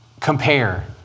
Compare